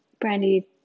brandy